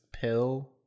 pill